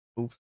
oops